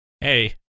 Hey